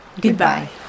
Goodbye